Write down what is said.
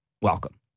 welcome